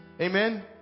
Amen